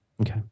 Okay